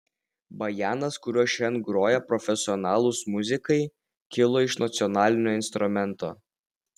bajanas kuriuo šiandien groja profesionalūs muzikai kilo iš nacionalinio instrumento